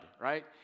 right